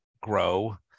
grow